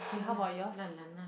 so lah lah lah nah